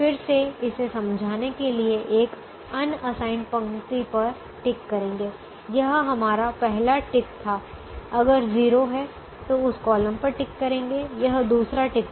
फिर से इसे समझाने के लिए एक अनअसाइन पंक्ति पर टिक करेंगे यह हमारा पहला टिक था अगर 0 है तो उस कॉलम पर टिक करेंगे यह दूसरा टिक था